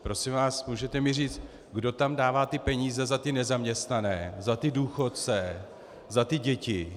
Prosím vás, můžete mi říct, kdo tam dává peníze za ty nezaměstnané, za ty důchodce, za ty děti?